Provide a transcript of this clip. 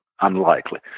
unlikely